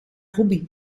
hobby